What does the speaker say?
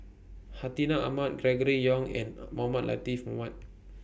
Hartinah Ahmad Gregory Yong and Mohamed Latiff Mohamed